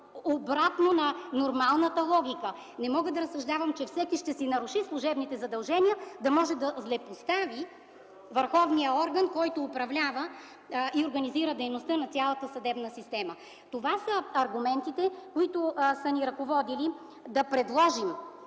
обратно на нормалната логика. Не мога да разсъждавам, че всеки ще си наруши служебните задължения, за да може да злепостави върховния орган, който управлява и организира дейността на цялата съдебна система. Това са аргументите, които са ни ръководили, за да предложим